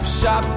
shop